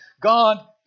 God